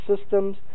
systems